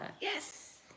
yes